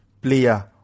player